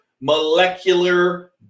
molecular